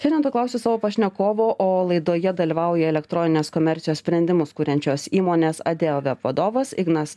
šiandien to klausiu savo pašnekovo o laidoje dalyvauja elektroninės komercijos sprendimus kuriančios įmonės adeoveb vadovas ignas